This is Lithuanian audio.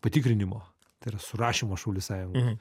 patikrinimo tai yra surašymo šaulių sąjungoj